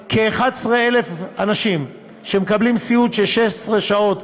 וכ-11,000 אנשים מעל גיל 90 שמקבלים סיעוד של 16 שעות,